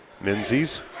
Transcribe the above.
Menzies